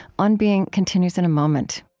on being continues in a moment